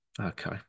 okay